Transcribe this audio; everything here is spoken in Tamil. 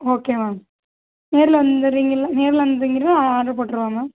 ஓகே மேம் நேரில் வந்துடுறீங்கல்ல நேரில் வந்துடுறீங்களா ஆர்டர் போட்டுருவா மேம்